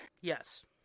Yes